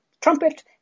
trumpet